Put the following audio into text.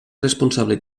responsable